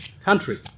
country